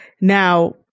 Now